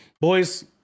Boys